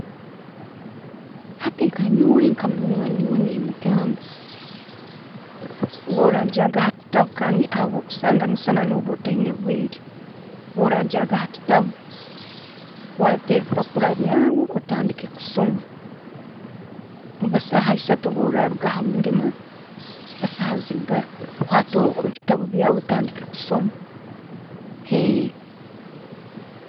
Hati nkanyoowe munywani we nemugamba, bworagyaga hakitabu habwokusanga musana orba otaina obwire, bworagyaga hakitabu, kwata ebipapura byawe, otandike kusoma orba saaha esatu bworaruga hamulimu, saaha zinga, kwata ebitabu byawe otandike kusoma.